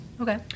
Okay